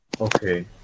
Okay